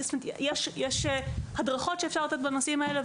יש הדרכות שאפשר לתת בנושאים הללו.